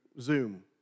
Zoom